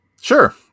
sure